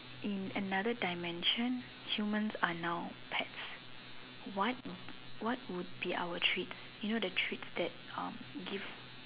in another dimension humans are now pets what what would be our treats you know the treats that um give